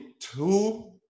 two